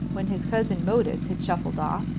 when his cousin modus had shuffled off.